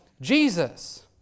Jesus